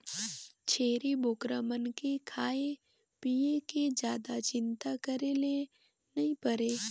छेरी बोकरा मन के खाए पिए के जादा चिंता करे ले नइ परे